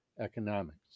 economics